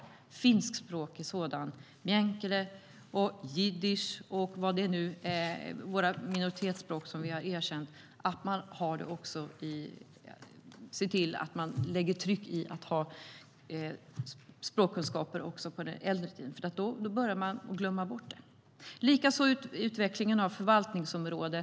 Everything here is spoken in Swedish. Det gäller finskspråkig sådan och personal som talar meänkieli, jiddisch och de andra minoritetsspråk som vi har erkänt. Det gäller att man lägger tryck på att också ha språkkunskaper för dem som med tiden blir äldre, för då börjar människor att glömma bort. Det gäller likaså utvecklingen av förvaltningsområdena.